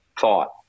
thought